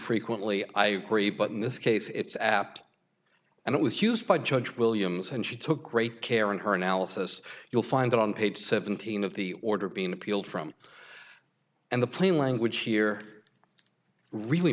frequently i agree but in this case it's apt and it was used by judge williams and she took great care in her analysis you'll find that on page seventeen of the order being appealed from and the plain language here really